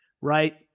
Right